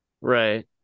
right